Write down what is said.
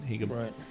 Right